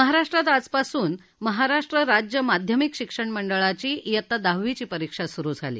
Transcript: महाराष्ट्रात आजपासून महाराष्ट्र राज्य माध्यमिक शिक्षण मंडळाची येत्ता दहावीची परीक्षा सुरु झाली